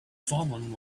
fallen